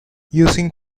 using